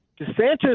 DeSantis